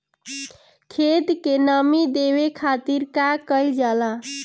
खेत के नामी देवे खातिर का कइल जाला?